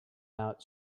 out